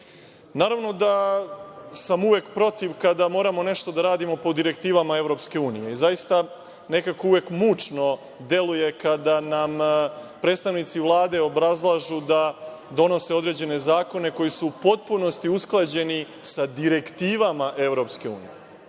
temu. Naravno da sam uvek protiv kada moramo nešto da radimo po direktivama EU. Zaista nekako uvek mučno delujem kada nam predstavnici Vlade obrazlažu da donose određene zakone koji su u potpunosti usklađeni sa direktivama EU.